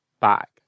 back